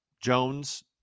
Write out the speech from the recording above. Jones